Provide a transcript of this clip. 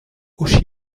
auchy